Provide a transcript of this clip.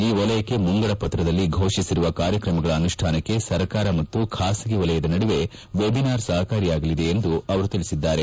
ಈ ವಲಯಕ್ಕೆ ಮುಂಗಡಪತ್ರದಲ್ಲಿ ಘೋಷಿಸಿರುವ ಕಾರ್ಯಕ್ರಮಗಳ ಅನುಷ್ಠಾನಕ್ಕೆ ಸರ್ಕಾರ ಮತ್ತು ಖಾಸಗಿ ವಲಯದ ನಡುವೆ ವೆಬಿನಾರ್ ಸಹಕಾರಿಯಾಗಲಿದೆ ಎಂದು ಅವರು ತಿಳಿಸಿದ್ದಾರೆ